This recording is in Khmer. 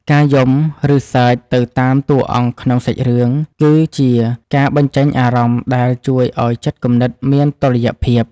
ការយំឬសើចទៅតាមតួអង្គក្នុងសាច់រឿងគឺជាការបញ្ចេញអារម្មណ៍ដែលជួយឱ្យចិត្តគំនិតមានតុល្យភាព។